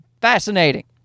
Fascinating